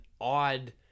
odd